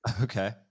Okay